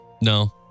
No